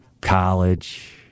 college